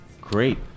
Great